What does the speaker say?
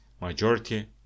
majority